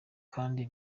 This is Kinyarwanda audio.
kandi